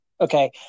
Okay